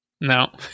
No